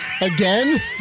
Again